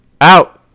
Out